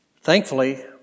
Thankfully